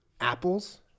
Apples